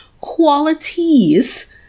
qualities